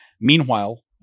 Meanwhile